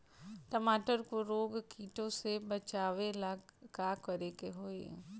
टमाटर को रोग कीटो से बचावेला का करेके होई?